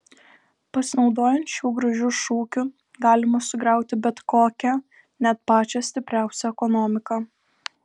pasinaudojant šiuo gražiu šūkiu galima sugriauti bet kokią net pačią stipriausią ekonomiką